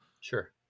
sure